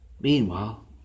Meanwhile